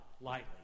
lightly